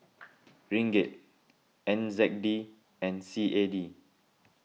Ringgit N Z D and C A D